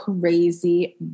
crazy